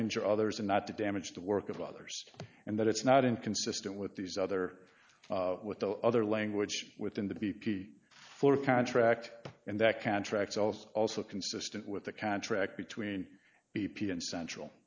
injure others and not to damage the work of others and that it's not inconsistent with these other with the other language within the b p contract and that contract sells also consistent with the contract between b p and central